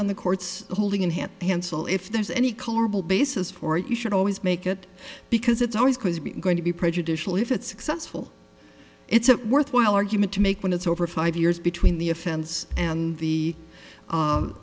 on the court's holding in hand hansell if there's any colorable basis for it you should always make it because it's always going to be prejudicial if it's successful it's a worthwhile argument to make when it's over five years between the offense and the